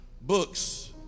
books